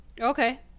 Okay